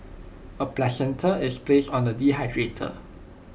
A placenta is placed on A dehydrator